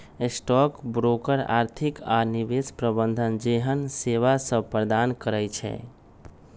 stock broker आर्थिक आऽ निवेश प्रबंधन जेहन सेवासभ प्रदान करई छै